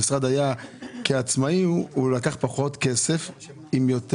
המשרד כעצמאי לקח פחות כסף עם יותר